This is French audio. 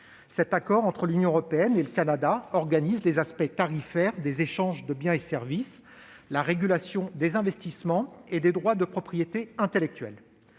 Cet accord entre l'Union européenne et le Canada organise les aspects tarifaires des échanges de biens et de services, la régulation des investissements et des droits de propriété intellectuelle.